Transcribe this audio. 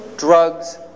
drugs